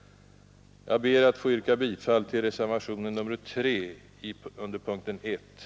Jag ber samtidigt att få yrka bifall till reservationen 3 under punkten 7.